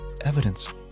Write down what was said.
Evidence